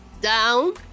down